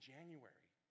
January